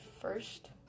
first